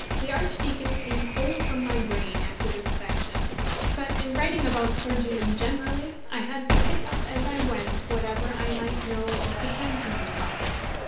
the archdeacon came whole from my brain after this fashion but in writing about clergymen generally, i had to pick up as i went whatever i might know or pretend to know about them.